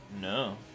No